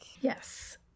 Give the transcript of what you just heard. yes